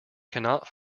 cannot